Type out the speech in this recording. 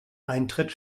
eintritt